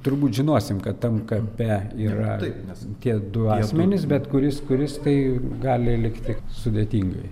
turbūt žinosim kad tam kape yra tie du asmenys bet kuris kuris kai gali likti sudėtingai